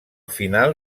final